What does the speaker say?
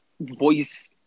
voice